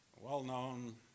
well-known